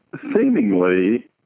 seemingly